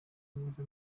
neza